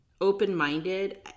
open-minded